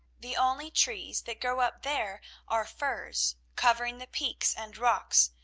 the only trees that grow up there are firs, covering the peaks and rocks,